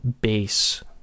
base